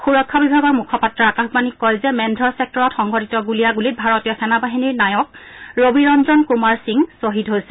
সুৰক্ষা বিভাগৰ মুখপাত্ৰই আকাশবাণীক কয় যে মেন্ধৰ চেক্টৰত সংঘটিত গুলীয়াণ্ডলীত ভাৰতীয় সেনাবাহিনীৰ নায়ক ৰবি ৰঞ্জন কুমাৰ সিং শ্বহীদ হৈছে